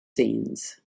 scenes